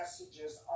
messages